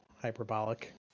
hyperbolic